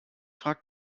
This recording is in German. fragt